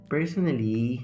Personally